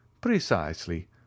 precisely